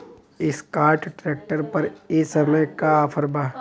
Escort tractor पर ए समय का ऑफ़र बा?